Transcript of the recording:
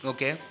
Okay